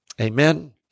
Amen